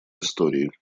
истории